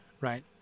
right